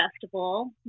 festival